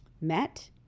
met